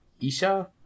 Isha